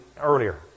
earlier